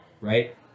right